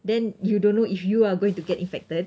then you don't know if you are going to get infected